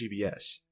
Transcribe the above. GBS